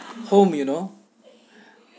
home you know